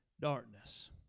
Darkness